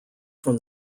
from